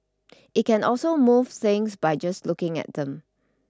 it can also move things by just looking at them